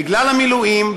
בגלל המילואים,